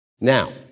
Now